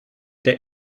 der